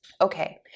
Okay